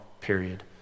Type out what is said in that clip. period